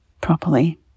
properly